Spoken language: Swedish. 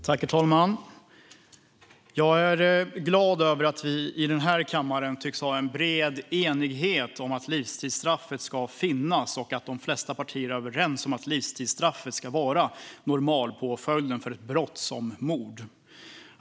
Herr talman! Jag är glad över att vi i den här kammaren tycks ha en bred enighet om att livstidsstraffet ska finnas och att de flesta partier är överens om att livstidsstraffet ska vara normalpåföljden för ett brott som mord.